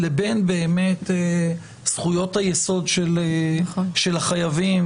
לבין באמת זכויות היסוד של החייבים,